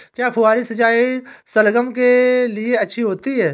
क्या फुहारी सिंचाई शलगम के लिए अच्छी होती है?